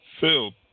Phil